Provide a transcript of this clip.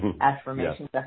affirmations